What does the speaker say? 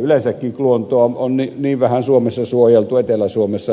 yleensäkin luontoa on niin vähän suojeltu etelä suomessa